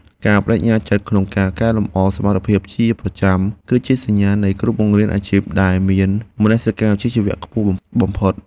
ការប្តេជ្ញាចិត្តក្នុងការកែលម្អសមត្ថភាពជាប្រចាំគឺជាសញ្ញាណនៃគ្រូបង្រៀនអាជីពដែលមានមនសិការវិជ្ជាជីវៈខ្ពង់ខ្ពស់បំផុត។